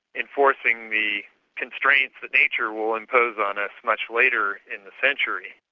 enforcing the constraints that nature will impose on us much later in the century.